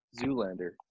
Zoolander